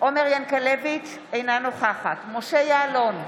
עומר ינקלביץ' אינה נוכחת משה יעלון,